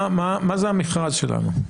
מה זה המכרז שלנו?